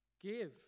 give